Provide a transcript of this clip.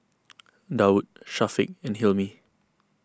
Daud Syafiq and Hilmi